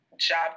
job